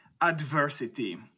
adversity